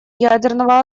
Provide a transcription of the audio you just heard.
ядерного